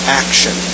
action